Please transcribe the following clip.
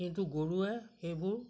কিন্তু গৰুৱে সেইবোৰ